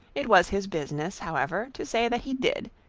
it was his business, however, to say that he did,